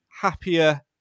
happier